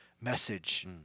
message